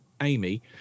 Amy